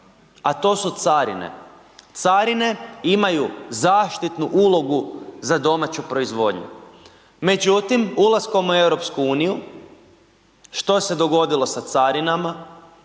a to su carine. Carine imaju zaštitnu ulogu za domaću proizvodnju, međutim ulaskom u EU što se dogodilo sa carinama,